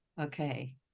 Okay